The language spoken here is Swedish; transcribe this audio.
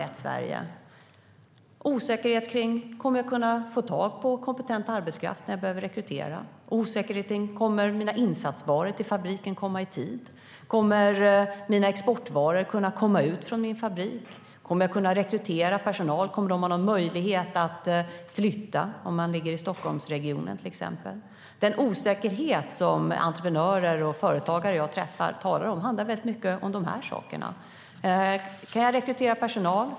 Det är osäkerhet kring om man får tag på kompetent arbetskraft när man behöver rekrytera, om insatsvarorna till fabriken kommer i tid, om exportvarorna kommer ut från fabriken, om man kommer att kunna rekrytera personal och om personalen kommer att kunna flytta om man finns i Stockholmsregionen, till exempel. Den osäkerhet som de entreprenörer och företagare som jag träffar talar om handlar mycket om dessa saker. Kan jag rekrytera personal?